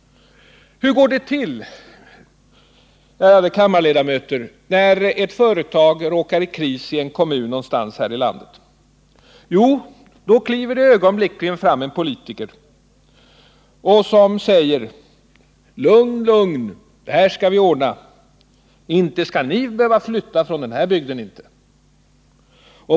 Hur går det till, ärade kammarledamöter, när ett företag råkar i kris i en kommun någonstans här i landet? Jo, då kliver det ögonblickligen fram en politiker, som säger: Lugn, lugn! Det här skall vi ordna. Inte skall ni behöva flytta från den här bygden inte.